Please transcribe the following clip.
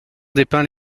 dépeint